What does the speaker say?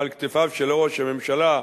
על כתפיו של ראש הממשלה,